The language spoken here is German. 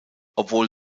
obwohl